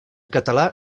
català